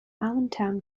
allentown